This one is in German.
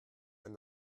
ein